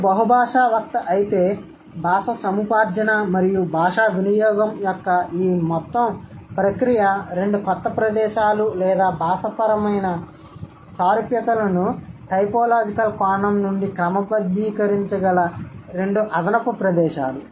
మీరు బహుభాషా వక్త అయితే భాషా సముపార్జన మరియు భాషా వినియోగం యొక్క ఈ మొత్తం ప్రక్రియ రెండు కొత్త ప్రదేశాలు లేదా భాషాపరమైన సారూప్యతలను టైపోలాజికల్ కోణం నుండి క్రమబద్ధీకరించగల రెండు అదనపు ప్రదేశాలు